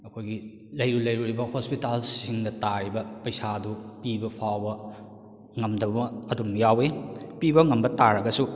ꯑꯩꯈꯣꯏꯒꯤ ꯂꯩꯔꯨ ꯂꯩꯔꯨꯔꯤꯕ ꯍꯣꯁꯄꯤꯇꯥꯜꯁꯤꯡꯅ ꯇꯥꯔꯤꯕ ꯄꯩꯁꯥꯗꯨ ꯄꯤꯕ ꯐꯥꯎꯕ ꯉꯝꯗꯕ ꯑꯗꯨꯝ ꯌꯥꯎꯋꯤ ꯄꯤꯕ ꯉꯝꯕ ꯇꯥꯔꯒꯁꯨ